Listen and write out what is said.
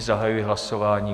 Zahajuji hlasování.